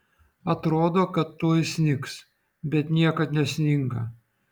atrodo kad tuoj snigs bet niekad nesninga